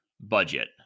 budget